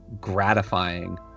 gratifying